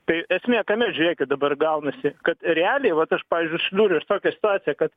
tai esmė tame žiūrėkit dabar gaunasi kad realiai vat aš pavyzdžiui susidūriau su tokia situacija kad